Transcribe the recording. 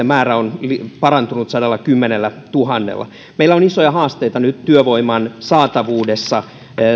määrä on parantunut sadallakymmenellätuhannella meillä on isoja haasteita nyt työvoiman saatavuudessa